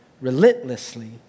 relentlessly